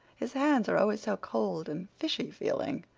his hands are always so cold and fishy-feeling.